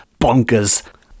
bonkers